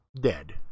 dead